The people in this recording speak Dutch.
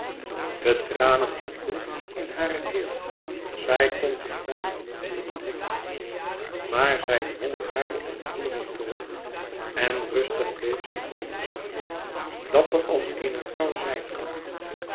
de tranen hokten in hare keel zij kon zich bijna niet meer bedwingen maar zij dwng hare ontroering terug en rustig bleef zij voor hem staan dapper als eene vrouw zijn kan